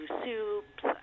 soups